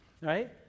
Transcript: right